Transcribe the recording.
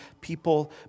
people